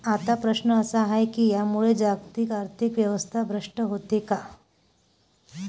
आता प्रश्न असा आहे की यामुळे जागतिक आर्थिक व्यवस्था भ्रष्ट होते का?